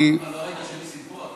מה, לא ראית שנסים פה?